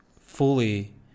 fully